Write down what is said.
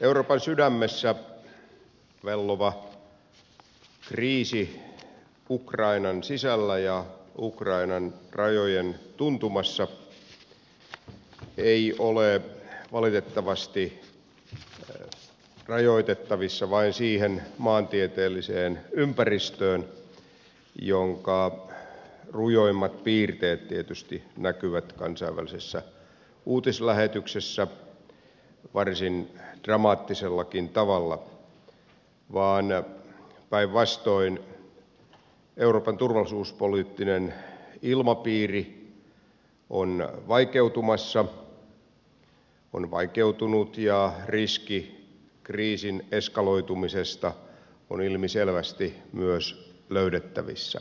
euroopan sydämessä ukrainan sisällä ja ukrainan rajojen tuntumassa vellova kriisi ei ole valitettavasti rajoitettavissa vain siihen maantieteelliseen ympäristöön jonka rujoimmat piirteet tietysti näkyvät kansainvälisissä uutislähetyksissä varsin dramaattisellakin tavalla vaan päinvastoin euroopan turvallisuuspoliittinen ilmapiiri on vaikeutunut ja riski kriisin eskaloitumisesta on ilmiselvästi myös löydettävissä